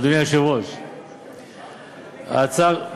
אדוני היושב-ראש, ההצעה,